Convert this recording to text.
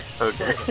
Okay